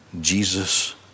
Jesus